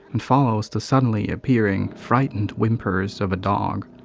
and follows the suddenly appearing, frightened whimpers of a dog.